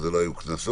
שלא היו כנסות,